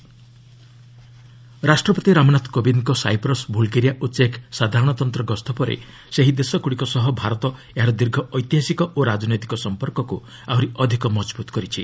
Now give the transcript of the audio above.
add president ରାଷ୍ଟ୍ରପତି ରାମନାଥ କୋବିନ୍ଦ୍କ Cyprus Bulgaria ଓ ଚେକ୍ ସାଧାରଣତନ୍ତ୍ର ଗସ୍ତ ପରେ ସେହି ଦେଶଗ୍ରଡ଼ିକ ସହ ଭାରତ ଏହାର ଦୀର୍ଘ ଐତିହାସିକ ଓ ରାଜନୈତିକ ସମ୍ପର୍କକୁ ଆହୁରି ଅଧିକ ମଜବୁତ୍ କରିଛି